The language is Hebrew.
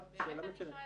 באמת אני שואלת.